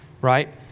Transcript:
right